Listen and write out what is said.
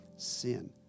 sin